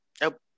Nope